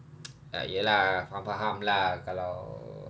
ah ya lah faham-faham lah kalau